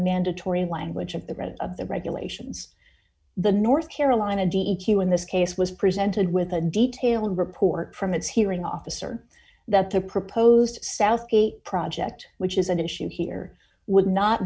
mandatory language of the rest of the regulations the north carolina d e q in this case was presented with a detailed report from its hearing officer that the proposed southgate project which is at issue here would not